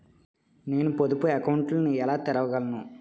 నేను పొదుపు అకౌంట్ను ఎలా తెరవగలను?